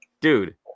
dude